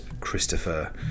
Christopher